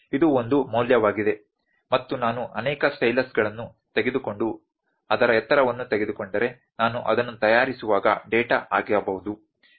ಇದು ಒಂದು ಮೌಲ್ಯವಾಗಿದೆ ಮತ್ತು ನಾನು ಅನೇಕ ಸ್ಟೈಲಸ್ಗಳನ್ನು ತೆಗೆದುಕೊಂಡು ಅದರ ಎತ್ತರವನ್ನು ತೆಗೆದುಕೊಂಡರೆ ನಾನು ಅದನ್ನು ತಯಾರಿಸುವಾಗ ಡೇಟಾ ಆಗಬಹುದು ಸರಿ